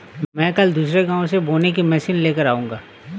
मैं कल दूसरे गांव से बोने की मशीन लेकर आऊंगा